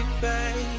baby